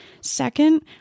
Second